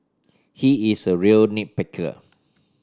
he is a real nit picker